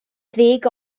ddeg